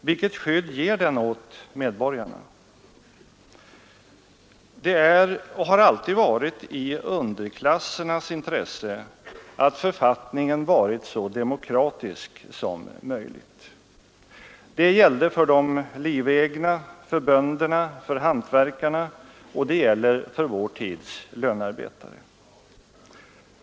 Vilket skydd ger den åt medborgarna? Det är och har alltid varit i underklassernas intresse att författningen varit så demokratisk som möjligt. Det gällde för de livegna, för bönderna, för hantverkarna, och det gäller för vår tids lönarbetare.